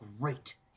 great